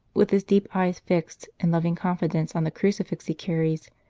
with his deep eyes fixed in loving confidence on the crucifix he carries,